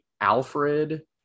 Alfred